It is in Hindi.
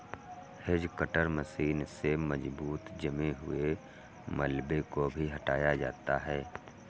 हेज कटर मशीन से मजबूत जमे हुए मलबे को भी हटाया जाता है